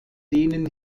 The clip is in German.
denen